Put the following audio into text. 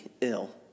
ill